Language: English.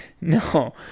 no